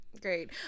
great